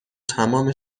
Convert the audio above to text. تمام